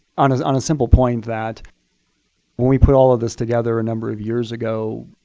on on a simple point that when we put all of this together a number of years ago,